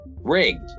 Rigged